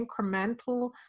incremental